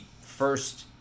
first